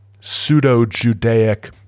pseudo-Judaic